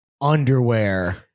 underwear